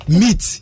meat